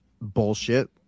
bullshit